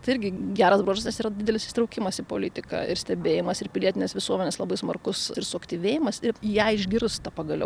tai irgi geras bruožas nes yra didelis įsitraukimas į politiką ir stebėjimas ir pilietinės visuomenės labai smarkus suaktyvėjimas ir jei išgirsta pagaliau